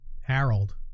Harold